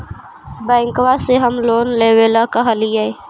बैंकवा से हम लोन लेवेल कहलिऐ?